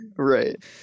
Right